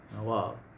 Wow